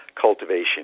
cultivation